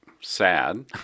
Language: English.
sad